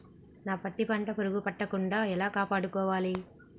నా పత్తి పంట పురుగు పట్టకుండా ఎలా కాపాడుకోవాలి?